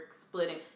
splitting